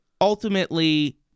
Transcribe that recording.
ultimately